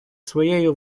своєю